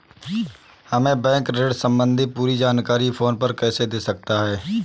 हमें बैंक ऋण संबंधी पूरी जानकारी फोन पर कैसे दे सकता है?